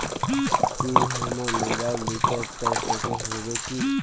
तू हमर mobile recharge कर सके होबे की?